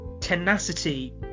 tenacity